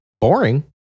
boring